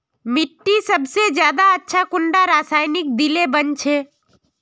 मिट्टी सबसे ज्यादा अच्छा कुंडा रासायनिक दिले बन छै?